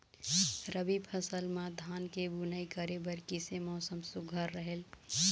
रबी फसल म धान के बुनई करे बर किसे मौसम सुघ्घर रहेल?